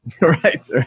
Right